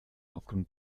aufgrund